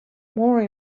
more